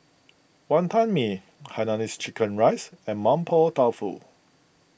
Wonton Mee Hainanese Chicken Rice and Mapo Tofu